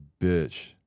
bitch